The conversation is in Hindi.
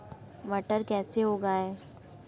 मटर कैसे उगाएं?